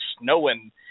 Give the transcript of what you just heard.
snowing